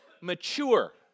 mature